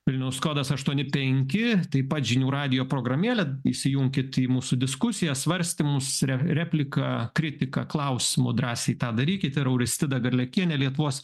vilniaus kodas aštuoni penki taip pat žinių radijo programėlę įsijunkit į mūsų diskusiją svarstymus repliką kritiką klausimu drąsiai tą darykit ir auristida garliakienė lietuvos